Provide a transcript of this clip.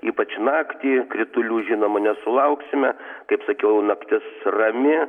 ypač naktį kritulių žinoma nesulauksime kaip sakiau naktis rami